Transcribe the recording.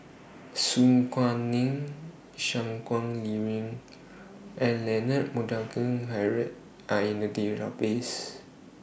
Su Guaning Shangguan Liuyun and Leonard Montague Harrod Are in The Database